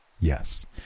yes